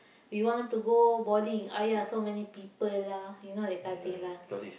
we want to go boarding !aiya! so many people lah you know that kind of thing lah